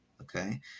Okay